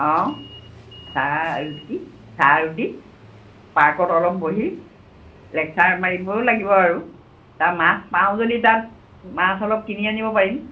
অঁ চাহ ৰুটি চাহ ৰুটি পাৰ্কত অলপ বহি লেকচাৰ মাৰিবও লাগিব আৰু তাৰ মাছ পাওঁ যদি তাত মাছ অলপ কিনি আনিব পাৰিম